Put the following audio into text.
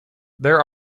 there